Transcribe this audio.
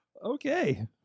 Okay